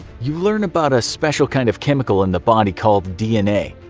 you learn about a special kind of chemical in the body called dna,